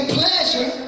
pleasure